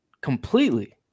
Completely